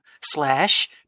slash